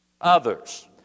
others